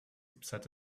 upset